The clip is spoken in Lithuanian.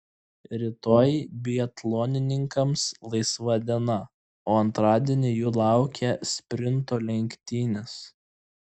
rytoj biatlonininkams laisva diena o antradienį jų laukia sprinto lenktynės